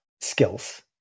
skills